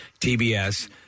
TBS